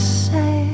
say